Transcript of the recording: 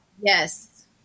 yes